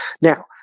now